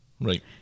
right